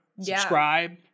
subscribe